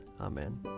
Amen